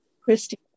Christy